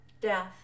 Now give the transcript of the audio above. death